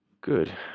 Good